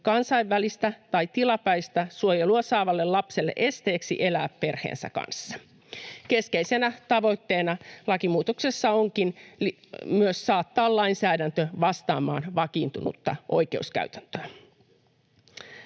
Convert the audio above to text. kansainvälistä tai tilapäistä suojelua saavalle lapselle esteeksi elää perheensä kanssa. Keskeisenä tavoitteena lakimuutoksessa onkin myös saattaa lainsäädäntö vastaamaan vakiintunutta oikeuskäytäntöä.